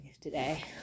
today